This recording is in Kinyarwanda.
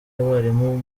abarimu